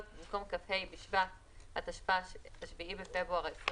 במקום "כ"ה בשבט התשפ"א (7 בפברואר 2021)